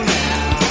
now